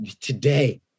today